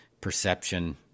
perception